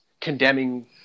condemning